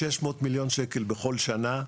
600 מיליון שקל בכל שנה,